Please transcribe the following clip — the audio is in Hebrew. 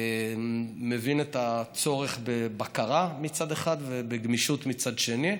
אני מבין את הצורך בבקרה מצד אחד ובגמישות מצד שני.